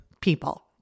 people